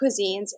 cuisines